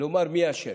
לומר מי אשם.